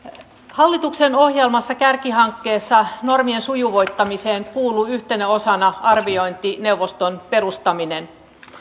hallituksen ohjelmassa kärkihankkeessa normien sujuvoittamiseen kuuluu yhtenä osana arviointineuvoston perustaminen